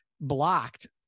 blocked